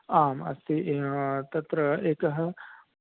आम् अस्ति तत्र एकः